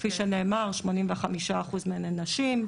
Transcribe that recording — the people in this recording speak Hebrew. כפי שנאמר, 85% מהם הן נשים.